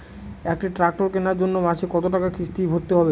একটি ট্র্যাক্টর কেনার জন্য মাসে কত টাকা কিস্তি ভরতে হবে?